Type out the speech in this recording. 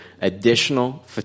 additional